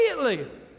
immediately